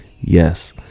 Yes